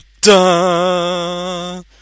dun